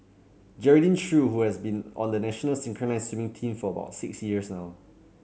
Geraldine Chew who has been on the national synchronised swimming team for about six years now